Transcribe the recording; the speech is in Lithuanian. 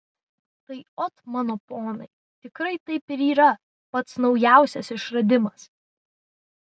tai ot mano ponai tikrai taip ir yra pats naujausias išradimas